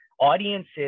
Audiences